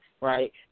right